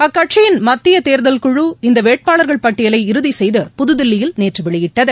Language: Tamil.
அக்கட்சியின் மத்தியதேர்தல் இந்தவேட்பாளர்கள் பட்டியலை இறுதிசெய்து புதுதில்லியில் ழு நேற்றுவெளியிட்டது